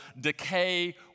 decay